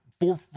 Four